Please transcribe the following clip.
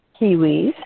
kiwis